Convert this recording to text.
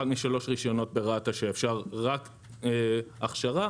אחד משלוש רישיונות ברת"א שאפשר רק הכשרה